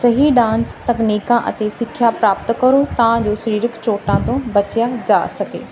ਸਹੀ ਡਾਂਸ ਤਕਨੀਕਾਂ ਅਤੇ ਸਿੱਖਿਆ ਪ੍ਰਾਪਤ ਕਰੋ ਤਾਂ ਜੋ ਸਰੀਰਕ ਚੋਟਾਂ ਤੋਂ ਬਚਿਆ ਜਾ ਸਕੇ